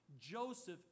Joseph